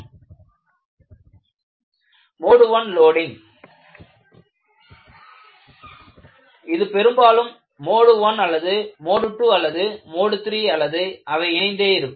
Mode I loading mode I loading இது பெரும்பாலும் mode I அல்லது மோடு II அல்லது மோடு III அல்லது அவை இணைந்தே இருக்கும்